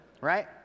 Right